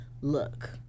look